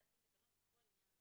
ביצועו